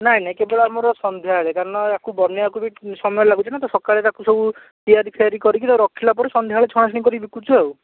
ନାଇଁ ନାଇଁ କେବଳ ଆମର ସନ୍ଧ୍ୟାବେଳେ କାରଣ ୟା'କୁ ବନେଇବାକୁ ବି ସମୟ ଲାଗୁଛି ନା ତ ସକାଳେ ତା'କୁ ସବୁ ତିଆରି ଫିଆରି କରିକି ରଖିଲା ପରେ ସନ୍ଧ୍ୟାବେଳେ ଛଣାଛଣି କରି ବିକୁଛୁ ଆଉ